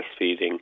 breastfeeding